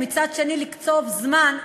ומצד שני לקצוב זמן,